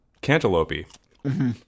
cantaloupe-y